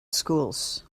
schools